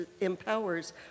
empowers